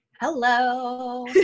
Hello